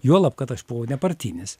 juolab kad aš buvau nepartinis